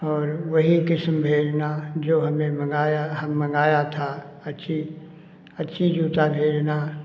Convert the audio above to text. और वही किस्म भेजना जो हमें मँगाया हम मँगाया था अच्छी अच्छी जूता भेजना